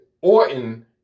Orton